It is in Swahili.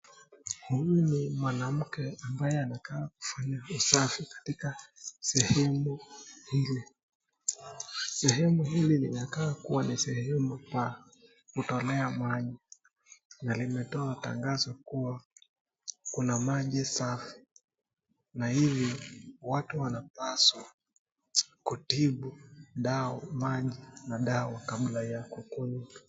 Huyu ni mwanamke ambaye anakaa kufanya usafi katika sehemu hii. Sehemu hili limekaa kuwa ni sehemu pa kutolea maji na limetoa tangazo kuwa kuna maji safi. Na hivi watu wanapaswa kutibu maji na dawa kabla ya kukunywa.